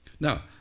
Now